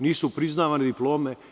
Nisu priznavane diplome?